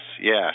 yes